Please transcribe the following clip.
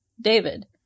David